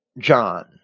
John